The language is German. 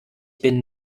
bin